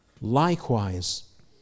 likewise